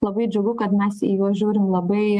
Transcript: labai džiugu kad mes į juos žiūrim labai